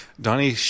Donnie